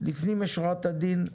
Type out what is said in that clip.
לפנים משורת הדין,